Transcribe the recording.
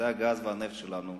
זה הגז והנפט שלנו.